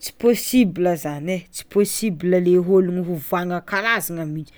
Tsy possible zany, tsy possible le ologno ovagna karazana mintsy,